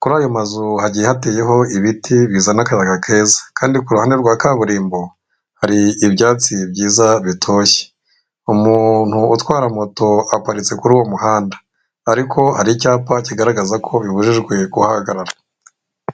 kuri ayo mazu hagiye hateyeho ibiti bizana kayaga keza kandi kuruhgande rwa kaburimbo hari ibyatsi byiza bitoshye, umuntu utwara moto aparitse kuri uwo muhanda, ariko hari icyapa kigaragaza ko bibujijwe kuhahagarara.